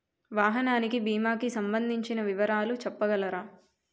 వాహనానికి భీమా కి సంబందించిన వివరాలు చెప్పగలరా?